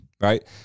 right